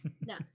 No